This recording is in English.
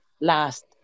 last